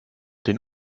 den